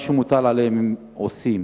מה שמוטל עליהם הם עושים.